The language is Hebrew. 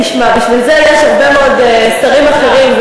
תשמע, בשביל זה יש הרבה מאוד שרים אחרים.